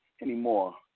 anymore